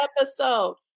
episode